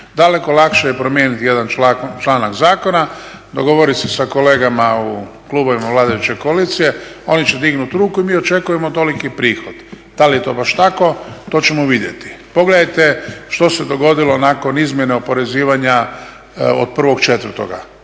daleko lakše je promijeniti jedan članak zakona, dogovoriti se s kolegama u klubovima vladajuće koalicije oni će dignuti ruku i mi očekujemo toliki prihod. Da li je to baš tako, to ćemo vidjeti. Pogledajte što se dogodilo nakon izmjene oporezivanja od 1.4.,